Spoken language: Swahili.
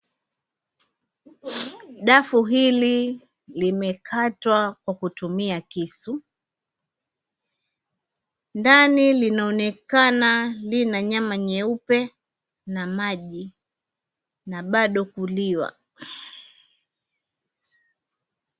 Dafu hili limekatwa kwa kutumia kisu, ndani linaonekana lina nyama nyeupe na maji na bado kuliwa.